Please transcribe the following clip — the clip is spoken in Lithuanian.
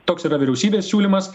toks yra vyriausybės siūlymas